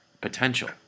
potential